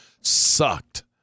sucked